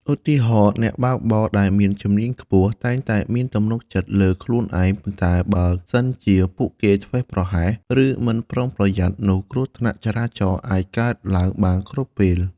ឧទាហរណ៍ អ្នកបើកបរដែលមានជំនាញខ្ពស់ តែងតែមានទំនុកចិត្តលើខ្លួនឯង ប៉ុន្តែបើសិនជាពួកគេធ្វេសប្រហែស ឬមិនប្រុងប្រយ័ត្ន នោះគ្រោះថ្នាក់ចរាចរណ៍អាចកើតឡើងបានគ្រប់ពេល។